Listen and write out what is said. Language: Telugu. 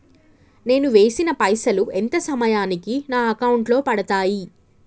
నేను వేసిన పైసలు ఎంత సమయానికి నా అకౌంట్ లో పడతాయి?